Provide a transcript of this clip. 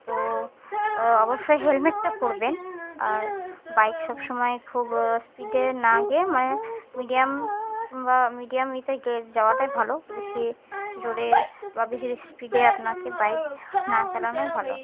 তো অবশ্যই হেলমেটটা পরবেন আর বাইক সবসময় খুব স্পিডে না গিয়ে মানে মিডিয়াম কিংবা মিডিয়াম ইয়েতে গে যাওয়াটাই ভালো বেশি জোরে বা বেশি স্পিডে আপনাকে বাইক না চালানোই ভালো